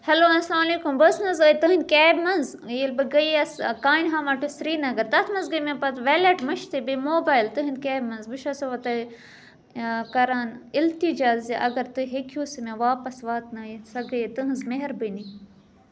hello اَسلام علیکُم بہٕ ٲسۍ نَہ حظ ٲدۍ تہٕنٛد کیبہِ منٛز ییٚلہِ بہٕ گٔیَس کانِہا ٹُی سرینَگر تَتھ منٛز گٔے مےٚ پَتہٕ وٮ۪لیٹ مٔشتھٕے بیٚیہِ موبایِل تہٕنٛد کیبہِ منٛز بہٕ چھَسو وَ تۄہہِ کران اِلتِجا زِ اَگر تُہۍ ہیٚکہو سُہ مےٚ واپَس واتنٲیِتھ سَہ گٔیے تُہٕنٛز مہربٲنی